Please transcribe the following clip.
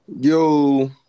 Yo